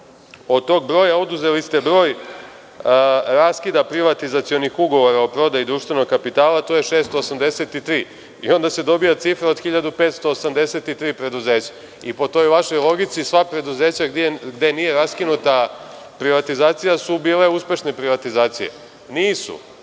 od tog broja oduzeli ste broj raskida privatizacionih ugovora o prodaji društvenog kapitala i to je 683 i onda se dobije cifra od 1.583 preduzeća. Po toj vašoj logici, sva preduzeća gde nije raskinuta privatizacija su bile uspešne privatizacije. Nisu.